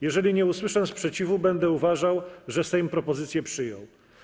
Jeżeli nie usłyszę sprzeciwu, będę uważał, że Sejm propozycję przyjął.